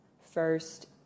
First